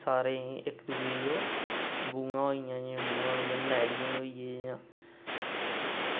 सारें गी इक्क ओह् बूआं होइयां जियां ननिहालिये होइये जियां